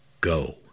go